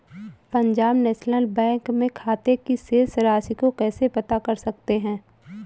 Punjab National Bank में खाते की शेष राशि को कैसे पता कर सकते हैं?